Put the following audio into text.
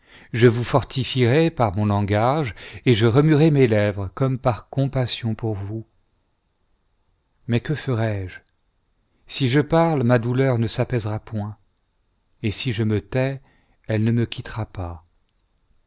je vous fortifierais par mon langage et je remuerais mes lèvres comme par compassion pour vous mais que ferai-je si je parle ma douleur ne s'apaisera point et si je me tais elle ne me quittera pas